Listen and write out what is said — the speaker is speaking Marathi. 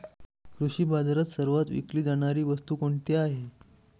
कृषी बाजारात सर्वात विकली जाणारी वस्तू कोणती आहे?